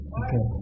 okay